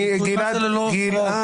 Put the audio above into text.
כשאמרת "ללא הפרעות",